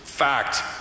fact